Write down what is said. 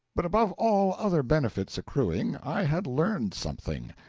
but above all other benefits accruing, i had learned something.